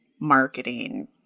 Marketing